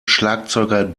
schlagzeuger